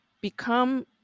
become